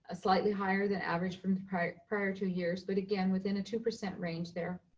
ah slightly higher-than-average from the prior prior two years. but again, within a two percent range, there.